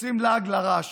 עושים לעג לרש.